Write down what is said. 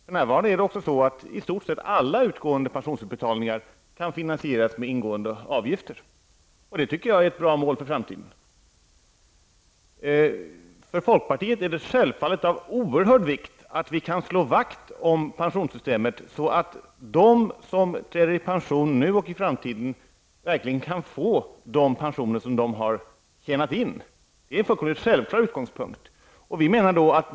För närvarande kan i stort sett alla pensionsutbetalningar finansieras med inkommande avgifter. Det tycker jag är ett bra mål också för framtiden. För folkpartiet är det självfallet av oerhört stor vikt att slå vakt om pensionssystemet, så att de som går i pension nu och i framtiden verkligen kan få de pensioner som de har tjänat in. Det är alltså en fullkomligt självklar utgångspunkt för oss.